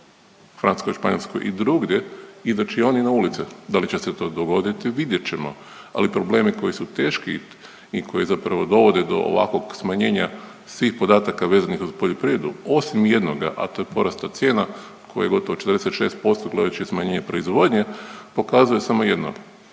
Francuskoj, Španjolskoj i drugdje izaći i oni na ulice. Da li će se to dogoditi vidjet ćemo, ali problemi koji su teški i koji zapravo dovode do ovakvog smanjenja svih podataka vezanih uz poljoprivredu osim jednoga, a to je porasta cijena koje je gotovo 46% gledajući smanjenje proizvodnje pokazuje samo jedno